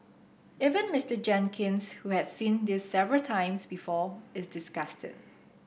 even Mister Jenkins who has seen this several times before is disgusted